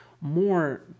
more